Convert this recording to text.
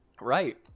right